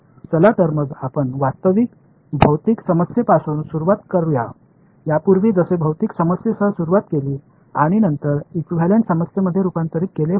चला तर मग आपण वास्तविक भौतिक समस्येपासून सुरुवात करूया यापूर्वी जसे भौतिक समस्येसह सुरुवात केली आणि नंतर इक्विव्हॅलेंट समस्येमध्ये रूपांतरित केले होते